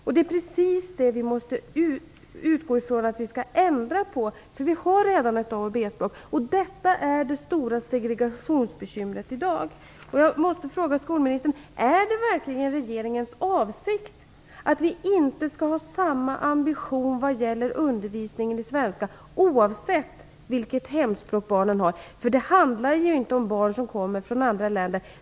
Det är precis det vi måste ändra på. Vi har redan ett A och B-språk. Detta är det stora segregationsbekymret i dag. Jag måste fråga skolministern om det verkligen är regeringens avsikt att vi inte skall ha samma ambition vad gäller undervisningen i svenska oavsett vilket hemspråk barnen har. Det handlar ju inte om barn som kommer från andra länder.